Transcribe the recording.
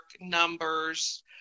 numbers